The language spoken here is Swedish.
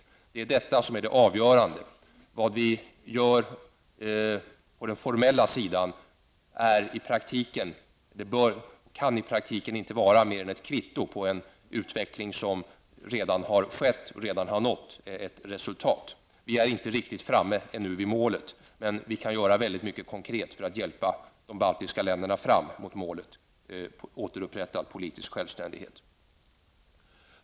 Det är detta som är det avgörande. Vad vi gör på den formella sidan kan i praktiken inte vara mer än ett kvitto på en utveckling som redan har skett och redan har nått fram till ett resultat. Vi är ännu inte riktigt framme vid målet, men det finns mycket som vi kan göra rent konkret för att hjälpa de baltiska länderna fram till målet att återupprätta politisk självständighet.